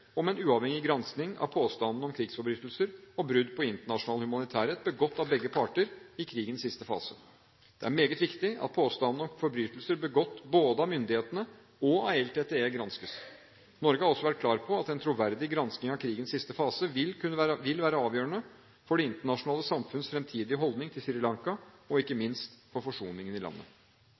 om en uavhengig gransking av påstandene om krigsforbrytelser og brudd på internasjonal humanitærrett begått av begge parter i krigens siste fase. Det er meget viktig at påstandene om forbrytelser begått både av myndighetene og av LTTE granskes. Norge har også vært klar på at en troverdig gransking av krigens siste fase vil være avgjørende for det internasjonale samfunns fremtidige holdning til Sri Lanka, og ikke minst for forsoningen i landet.